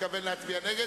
בעד.